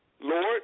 Lord